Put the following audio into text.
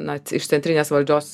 na iš centrinės valdžios